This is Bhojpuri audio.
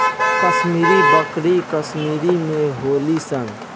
कश्मीरी बकरी कश्मीर में होली सन